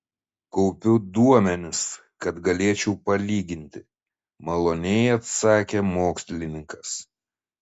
kaupiu duomenis kad galėčiau palyginti maloniai atsakė mokslininkas